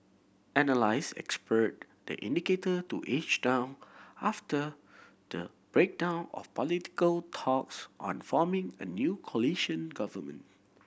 analyst expect the indicator to edge down after the breakdown of political talks on forming a new coalition government